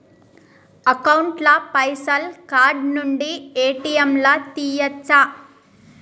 Account ల పైసల్ card నుండి ఏ.టి.ఎమ్ లా తియ్యచ్చా?